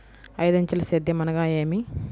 ఐదంచెల సేద్యం అనగా నేమి?